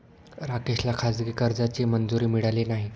राकेशला खाजगी कर्जाची मंजुरी मिळाली नाही